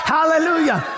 Hallelujah